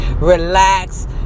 Relax